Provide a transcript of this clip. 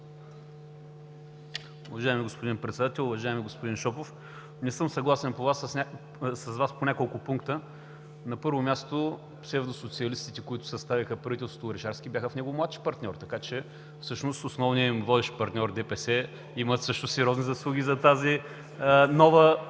Уважаеми господин Председател! Уважаеми господин Шопов, не съм съгласен с Вас по няколко пункта. На първо място, псевдосоциалистите, които съставиха правителството Орешарски, бяха в него младши партньор, така че всъщност основният им, водещ партньор ДПС има също сериозни заслуги за тази нова